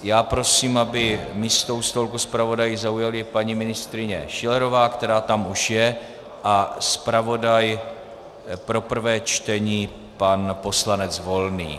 Já prosím, aby místo u stolku zpravodajů zaujali paní ministryně Schillerová, která tam už je, a zpravodaj pro prvé čtení pan poslanec Volný.